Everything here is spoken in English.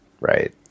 Right